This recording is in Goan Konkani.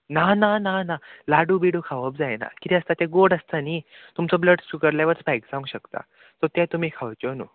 ना ना ना ना लाडू बिडू खावप जायना कितें आसता ते गोड आसता न्ही तुमचो ब्लड शुगर लेवल स्पायक जावंक शकता सो ते तुमी खावच्यो न्हू